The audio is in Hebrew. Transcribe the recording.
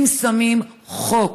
אם שמים חוק